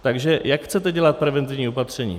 Takže jak chcete dělat preventivní opatření?